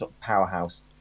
powerhouse